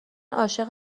عاشق